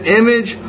image